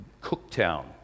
Cooktown